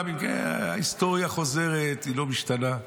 ההיסטוריה חוזרת, היא לא לא משתנה.